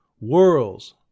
worlds